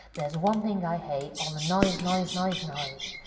there's one thing i hate! all the noise! noise! noise! noise!